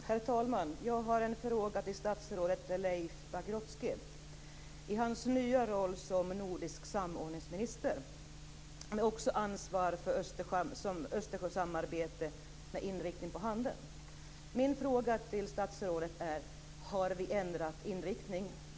Herr talman! Jag har en fråga till statsrådet Leif Min fråga till statsrådet är: Har vi ändrat inriktning?